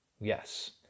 yes